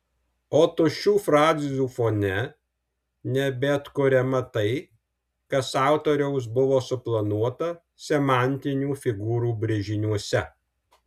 o tuščių frazių fone nebeatkuriama tai kas autoriaus buvo suplanuota semantinių figūrų brėžiniuose